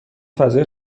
فضای